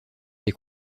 des